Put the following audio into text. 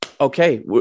okay